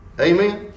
Amen